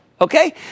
okay